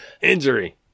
Injury